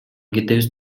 кетебиз